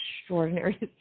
extraordinary